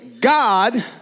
god